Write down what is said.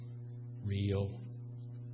real